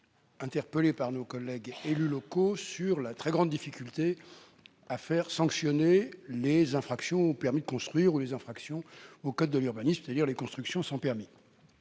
interpellés par les élus locaux au sujet de leurs très grandes difficultés à faire sanctionner les infractions au permis de construire ou au code de l'urbanisme, c'est-à-dire les constructions sans permis.